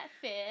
fear